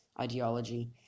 ideology